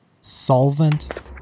Solvent